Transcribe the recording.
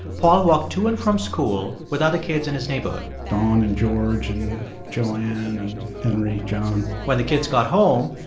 paul walked to and from school with other kids in his neighborhood dawn and george and joanne and henry, john when the kids got home,